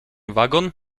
wagon